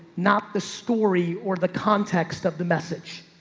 not the story or the context of the message.